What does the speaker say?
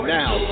now